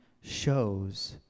shows